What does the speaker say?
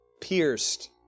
pierced